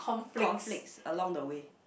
conflicts along the way